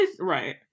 Right